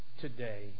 today